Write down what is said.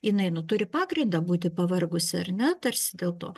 jinai nu turi pagrindą būti pavargusi ar ne tarsi dėlto